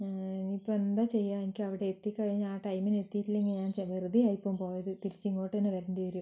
ഇനിയിപ്പോൾ എന്താ ചെയ്യുക എനിക്കവിടെ എത്തിക്കഴിഞ്ഞാൽ ആ ടൈമിനു എത്തിയിട്ടില്ലെങ്കിൽ ഞാൻ വെറുതെ ആയിപ്പോകും പോയത് തിരിച്ചിങ്ങോട്ട് തന്നെ വരേണ്ടിവരും